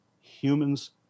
humans